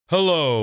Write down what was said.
Hello